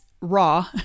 raw